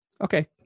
Okay